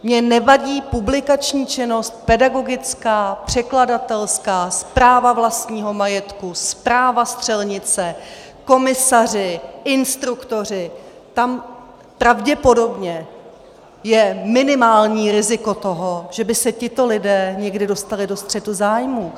Mně nevadí publikační činnost, pedagogická, překladatelská, správa vlastního majetku, správa střelnice, komisaři, instruktoři tam pravděpodobně je minimální riziko toho, že by se tito lidé někdy dostali do střetu zájmů.